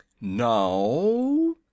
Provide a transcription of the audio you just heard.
Now